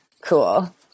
cool